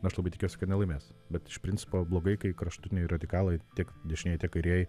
aš labai tikiuosi kad nelaimės bet iš principo blogai kai kraštutiniai radikalai tiek dešinieji kairieji